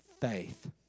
faith